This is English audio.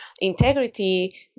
integrity